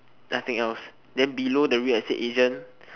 nothing else then below the real estate agent